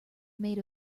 made